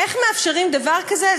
איך מאפשרים דבר כזה?